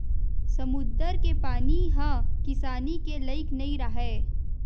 समुद्दर के पानी ह किसानी के लइक नइ राहय